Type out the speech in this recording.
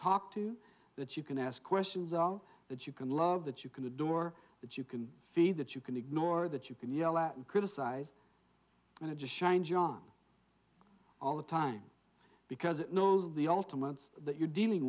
talk to that you can ask questions of that you can love that you can adore that you can feel that you can ignore that you can yell at and criticize and it just shine john all the time because it knows the ultimates that you're dealing